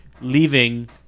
Leaving